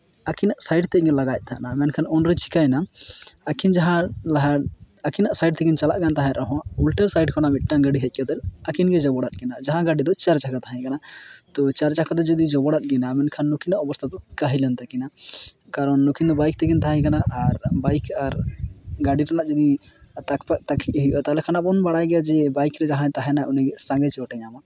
ᱟᱠᱤᱱᱟᱜ side ᱛᱮ ᱠᱤᱱ ᱞᱟᱜᱟᱭᱮᱫ ᱛᱟᱦᱮᱱᱟ ᱢᱮᱱᱠᱷᱟᱱ ᱩᱱᱨᱮ ᱪᱤᱠᱟᱹᱭᱮᱱᱟ ᱟᱹᱠᱤᱱ ᱡᱟᱦᱟᱸ ᱞᱟᱦᱟ ᱟᱹᱠᱤᱱᱟᱜ ᱥᱟᱭᱤᱰ ᱛᱮᱠᱤᱱ ᱪᱟᱞᱟᱜ ᱠᱟᱱ ᱛᱟᱦᱮᱸᱫ ᱨᱮᱦᱚᱸ ᱩᱞᱴᱟᱹ ᱥᱟᱹᱭᱤᱰ ᱠᱷᱚᱱᱟᱜ ᱢᱤᱫᱴᱟᱱ ᱜᱟᱹᱰᱤ ᱦᱮᱡ ᱠᱟᱛᱮᱫ ᱟᱹᱠᱤᱱᱜᱮ ᱡᱟᱵᱚᱲᱟᱫ ᱠᱤᱱᱟᱹ ᱡᱟᱦᱟᱸ ᱜᱟᱹᱰᱤ ᱫᱚ ᱪᱟᱨ ᱪᱟᱞᱟ ᱛᱟᱦᱮᱸ ᱠᱟᱱᱟ ᱛᱳ ᱪᱟᱨ ᱪᱟᱠᱟᱛᱮ ᱡᱩᱫᱤ ᱡᱟᱵᱚᱲᱟᱫ ᱠᱤᱱᱟᱹ ᱢᱮᱱᱠᱷᱟᱱ ᱱᱩᱠᱤᱱᱟᱜ ᱚᱵᱚᱥᱛᱷᱟ ᱫᱚ ᱠᱟᱹᱦᱤᱞᱮᱱ ᱛᱟᱹᱠᱤᱱᱟ ᱠᱟᱨᱚᱱ ᱱᱩᱠᱤᱱ ᱫᱚ ᱵᱟᱭᱤᱠ ᱛᱮᱠᱤᱱ ᱛᱟᱦᱮᱸ ᱠᱟᱱᱟ ᱟᱨ ᱵᱟᱭᱤᱠ ᱟᱨ ᱜᱟᱹᱰᱤ ᱨᱮᱱᱟᱜ ᱡᱩᱫᱤ ᱨᱚᱯᱚᱜ ᱛᱟᱹᱠᱤᱡ ᱦᱩᱭᱩᱜᱼᱟ ᱛᱟᱦᱚᱞᱮ ᱠᱷᱟᱱ ᱟᱵᱚ ᱵᱚᱱ ᱵᱟᱲᱟᱭ ᱜᱮᱭᱟ ᱡᱮ ᱵᱟᱭᱤᱠ ᱨᱮ ᱡᱟᱦᱟᱸᱭ ᱛᱟᱦᱮᱱᱟ ᱩᱱᱤ ᱥᱚᱸᱜᱮ ᱪᱳᱴᱮ ᱧᱟᱢᱟ